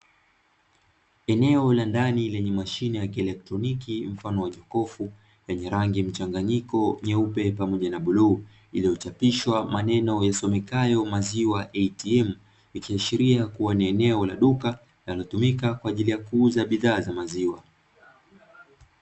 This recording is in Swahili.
Eneo la ndani lenye mashine ya kielektroniki mfano wa jokofu lenye rangi mchanganyiko nyeupe pamoja na bluu, iliyochapishwa maneno yasomekayo maziwa eitiemu ikiashiria kuwa ni eneo la duka linalotumika kwa ajili ya kuuza bidhaa za maziwa.